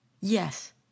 Yes